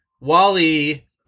Wally